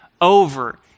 over